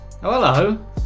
Hello